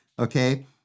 Okay